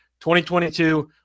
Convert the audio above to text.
2022